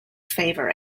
favor